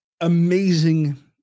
amazing